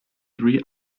three